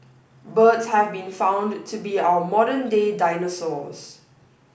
birds have been found to be our modern day dinosaurs